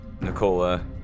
Nicola